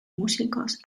músicos